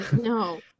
No